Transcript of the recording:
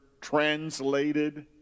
translated